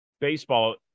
baseball